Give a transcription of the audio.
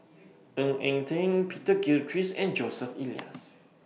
Ng Eng Teng Peter Gilchrist and Joseph Elias